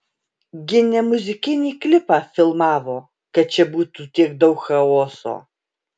gi ne muzikinį klipą filmavo kad čia būtų tiek daug chaoso